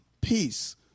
Peace